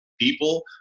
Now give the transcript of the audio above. people